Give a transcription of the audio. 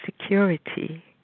security